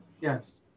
Yes